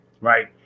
right